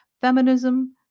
feminism